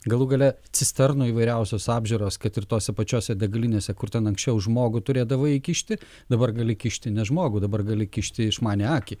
galų gale cisternų įvairiausios apžiūros kad ir tose pačiose degalinėse kur ten anksčiau žmogų turėdavai įkišti dabar gali kišti ne žmogų dabar gali kišti išmanią akį